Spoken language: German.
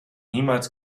niemals